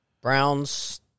Browns –